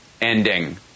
ending